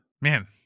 Man